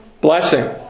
blessing